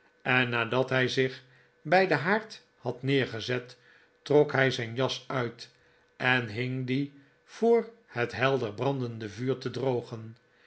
en nadat hij zich bij den haard had neergezet trok hij zijn jas uit en hing dien voor het helder brandende vuur te drogen